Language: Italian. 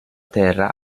terra